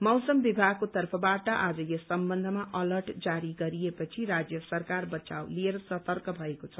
मौसम विभागको तर्फबाट बाज यस सम्बन्धमा अलर्ट जारी गरिए पछि राज्य सरकार बचात लिएर सतर्क भएको छ